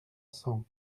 cent